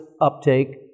uptake